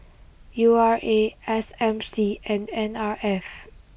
U R A S M C and N R F